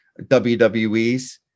WWEs